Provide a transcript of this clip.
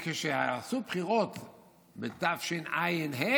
וכשעשו בחירות בתשע"ה,